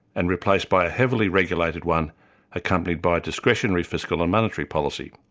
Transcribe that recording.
and replaced by a heavily regulated one accompanied by discretionary fiscal and monetary policy.